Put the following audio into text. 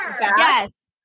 yes